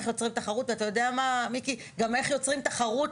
איך יוצרים תחרות.